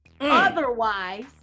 Otherwise